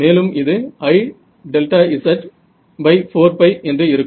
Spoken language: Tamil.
மேலும் இது Iz என்று இருக்கும்